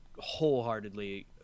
Wholeheartedly